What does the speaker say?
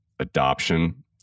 adoption